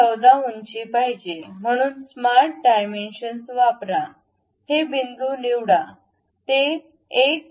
14 उंची पाहिजे म्हणून स्मार्ट डायमेन्शन वापरा हे बिंदू निवडा ते 1